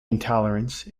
intolerance